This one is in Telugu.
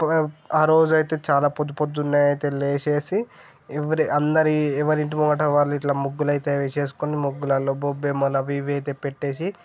ఒక ఆరోజు అయితే చాలా పొద్ పొద్దునే లేచి ఎవ్రి అందరి ఎవరి ఇంటి ముంగట వాళ్ళు ఇట్లా ముగ్గులు అయితే వేసుకొని ముగ్గులలో గొబ్బెమ్మలు అవి ఇవి పెట్టి